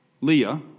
Leah